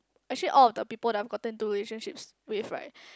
actually all of the people that I've gotten to relationships with right